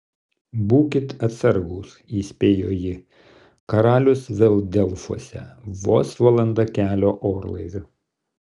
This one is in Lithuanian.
būkit atsargūs įspėjo ji karalius vėl delfuose vos valanda kelio orlaiviu